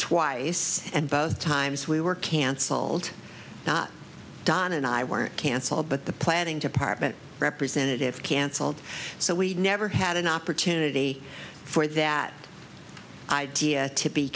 twice and both times we were cancelled not don and i weren't cancelled but the planning to parchman representative cancelled so we never had an opportunity for that idea to be